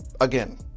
again